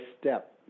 step